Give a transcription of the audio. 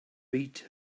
beat